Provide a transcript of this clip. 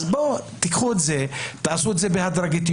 אז בואו, תיקחו את זה, תעשו את זה בהדרגה,